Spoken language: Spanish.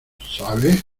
sabe